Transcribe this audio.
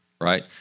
right